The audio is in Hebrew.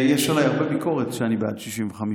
יש עליי הרבה ביקורת שאני בעד 65,